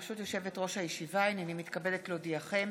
ברשות יושבת-ראש הישיבה, הינני מתכבדת להודיעכם,